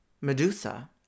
Medusa